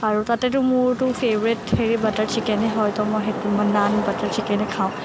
আৰু তাতেতো মোৰতো ফেভৰেট হেৰি বাটাৰ চিকেনে হয় তো মই সেইটো নান বাটাৰ চিকেনে খাওঁ